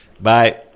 Bye